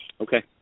Okay